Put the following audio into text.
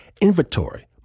inventory